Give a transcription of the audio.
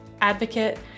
advocate